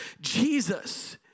Jesus